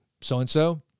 So-and-so